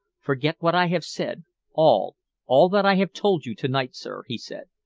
forget what i have said all all that i have told you to-night, sir, he said.